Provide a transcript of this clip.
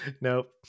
Nope